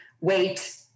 wait